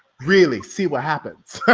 really see what happens.